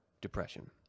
depression